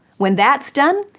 when that's done,